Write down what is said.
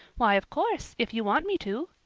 why, of course, if you want me to,